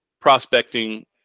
prospecting